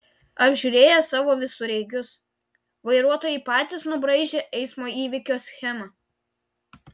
apžiūrėję savo visureigius vairuotojai patys nubraižė eismo įvykio schemą